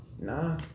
Nah